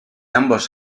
ambos